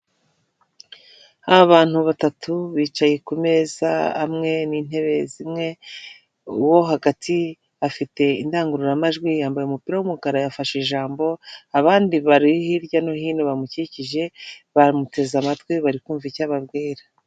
Abantu batatu bicaye ku meza amwe n'intebe zimwe, uwo hagati afite indangururamajwi yambaye umupira w'umukara yafashe ijambo, abandi bari hirya no hino bamukikije baramuteze amatwi bari kumvamva icyo ababwira.